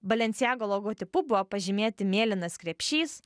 balenciago logotipu buvo pažymėti mėlynas krepšys